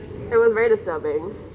it was very disturbing